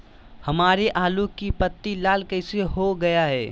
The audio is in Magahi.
हमारे आलू की पत्ती लाल कैसे हो गया है?